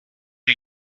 you